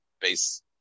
base